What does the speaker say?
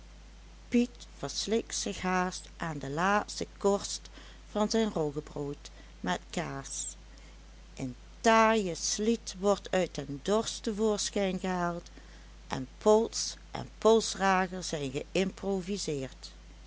piet verslikt zich haast aan de laatste korst van zijn roggebrood met kaas een taaie sliet wordt uit den dorsch te voorschijn gehaald en pols en polsdrager zijn geïmproviseerd